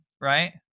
right